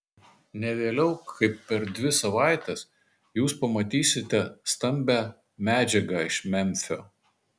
ne vėliau kaip per dvi savaites jūs pamatysite stambią medžiagą iš memfio